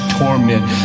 torment